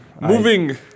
Moving